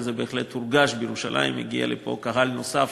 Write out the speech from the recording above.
וזה בהחלט הורגש בירושלים: הגיע לפה קהל נוסף,